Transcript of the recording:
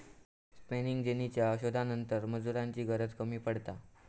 spinning जेनीच्या शोधानंतर मजुरांची गरज कमी पडता